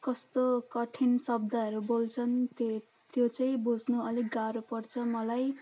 कस्तो कठिन शब्दहरू बोल्छन् त्यो त्यो चाहिँ बुझ्नु अलिक गाह्रो पर्छ मलाई